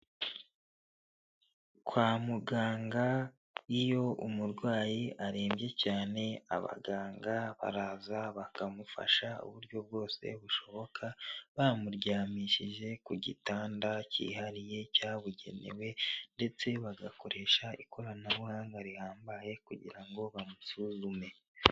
kwa muganga iyo umurwayi arembye cyane abaganga baraza bakamufasha uburyo bwose bushoboka bamuryamishije ku gitanda cyihariye cyabugenewe ndetse bagakoresha ikoranabuhanga rihambaye kugira ngo bamusuzume.